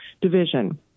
division